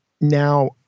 Now